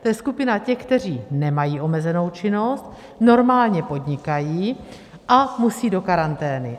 To je skupina těch, kteří nemají omezenou činnost, normálně podnikají a musejí do karantény.